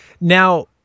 Now